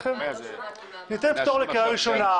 ניתן פטור בקריאה ראשונה,